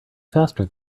faster